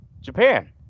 Japan